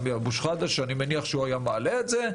אבו-שחאדה שאני מניח שהוא היה מעלה את זה.